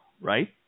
Right